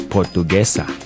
Portuguesa